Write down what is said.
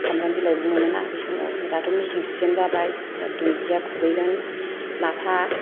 सामब्राम बिलाइबो मोनो ना बे समायाव दाथ' मेसें सिजोन जाबाय जोहा दुनदिया खुबैगोन लाफा